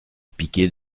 piquer